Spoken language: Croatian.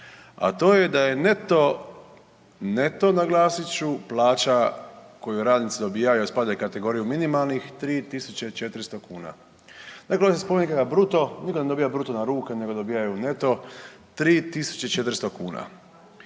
a to je da je neto, neto naglasit ću plaća koju radnici dobivaju, a spada u kategoriju minimalnih 3.400 kuna. Dakle, ovdje se … bruto, niko ne dobija bruto na ruke nego dobijaju neto 3.400 kuna.